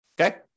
Okay